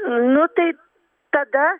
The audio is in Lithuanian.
nu tai tada